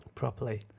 properly